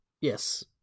yes